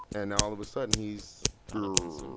and, all of a sudden, he's.